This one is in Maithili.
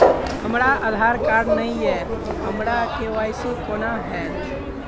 हमरा आधार कार्ड नै अई हम्मर के.वाई.सी कोना हैत?